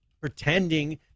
pretending